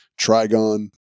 Trigon